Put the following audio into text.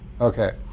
Okay